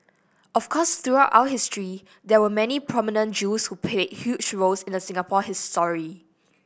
of course throughout our history there were many prominent Jews who played huge roles in the Singapore history